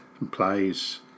implies